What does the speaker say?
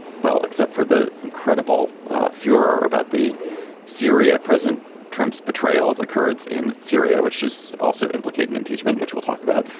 well except for the incredible furor about the syria president trump's portrayal of the kurds in syria which is also implicated in impeachment which we'll talk about.